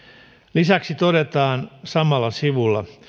lisäksi todetaan samalla sivulla